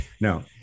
No